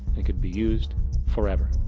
it could be used forever.